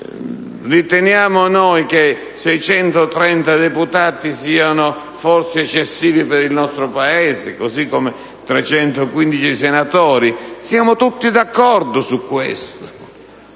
riteniamo noi che 630 deputati siano forse eccessivi per il nostro Paese, così come 315 senatori? Sul fatto che è un numero